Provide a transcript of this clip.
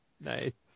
Nice